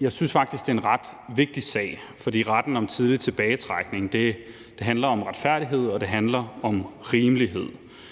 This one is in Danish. Jeg synes faktisk, det er en ret vigtig sag, for retten til tidlig tilbagetrækning handler om retfærdighed, og det